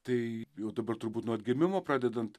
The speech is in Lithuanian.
tai jau dabar turbūt nuo atgimimo pradedant